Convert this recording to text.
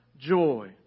joy